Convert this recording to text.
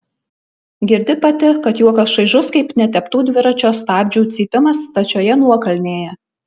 girdi pati kad juokas šaižus kaip neteptų dviračio stabdžių cypimas stačioje nuokalnėje